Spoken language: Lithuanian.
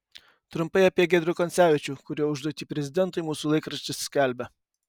trumpai apie giedrių koncevičių kurio užduotį prezidentui mūsų laikraštis skelbia